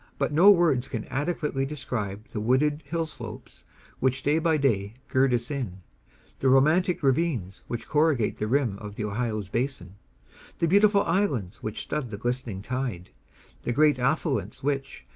but no words can adequately describe the wooded hill-slopes which day by day girt us in the romantic ravines which corrugate the rim of the ohio's basin the beautiful islands which stud the glistening tide the great affluents which,